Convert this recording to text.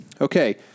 Okay